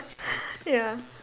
ya